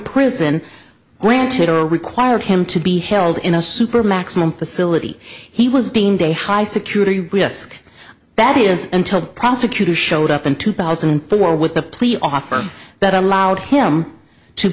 prison granted or required him to be held in a super maximum facility he was deemed a high security risk that is until the prosecutors showed up in two thousand and four with a plea offer that allowed him to